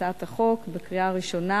פטנט שהמצאתו נוצלה בתקופה שבין הפרסום שנעשה,